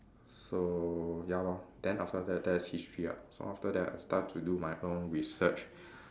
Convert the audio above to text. so ya lor then after that that is history ah so after that I start to do my own research